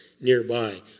nearby